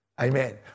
Amen